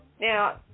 Now